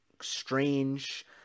strange